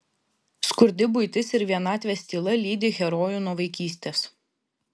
skurdi buitis ir vienatvės tyla lydi herojų nuo vaikystės